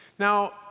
Now